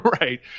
Right